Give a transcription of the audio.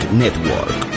network